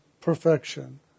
perfection